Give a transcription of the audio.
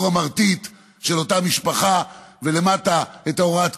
המרטיט של אותה משפחה ולמטה את הוראת הקבע.